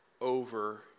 over